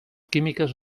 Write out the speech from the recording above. químiques